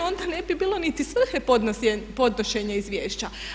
Onda ne bi bilo niti svrhe podnošenja izvješća.